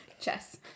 Chess